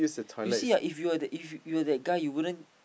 you see ah if you were if you were that guy you wouldn't